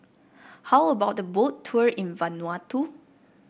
how about a Boat Tour in Vanuatu